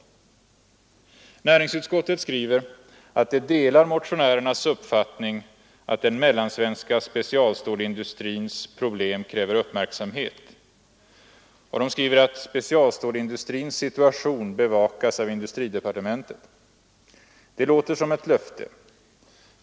Näringsutskottet skriver att det ”delar motionärernas uppfattning att den mellansvenska specialstålindustrins problem kräver uppmärksamhet” och att ”specialstålindustrins situation bevakas av industridepartementet”. Det låter som ett löfte.